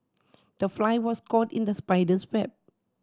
the fly was caught in the spider's web